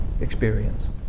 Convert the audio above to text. experience